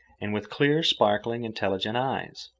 and with clear, sparkling, intelligent eyes.